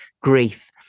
grief